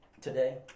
today